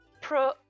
Pro